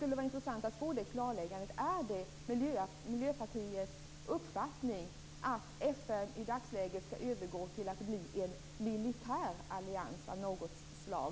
Det vore intressant att få klarlagt: Är det Miljöpartiets uppfattning att FN i dagsläget skall övergå till att bli en militär allians av något slag?